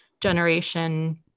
generation